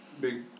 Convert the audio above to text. Big